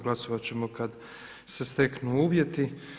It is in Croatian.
Glasovat ćemo kad se steknu uvjeti.